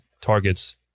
targets